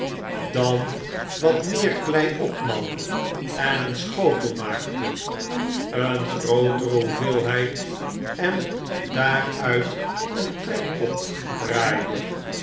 dan wat meer klei opnam en een schotel maakte een grootere hoeveelheid en daaruit een trekpot draaide